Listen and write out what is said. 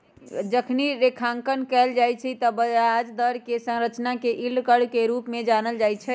जखनी रेखांकन कएल जाइ छइ तऽ ब्याज दर कें संरचना के यील्ड कर्व के रूप में जानल जाइ छइ